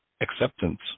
acceptance